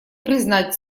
признать